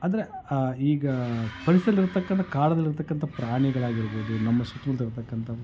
ಆದರೆ ಈಗ ಪರಿಸರದಲ್ಲಿ ಇರತಕ್ಕಂತ ಕಾಡದಲ್ಲಿರತಕ್ಕಂತ ಪ್ರಾಣಿಗಳಾಗಿರ್ಬೋದು ನಮ್ಮ ಸುತ್ತಮುತ್ತಲ ಇರತಕ್ಕಂತ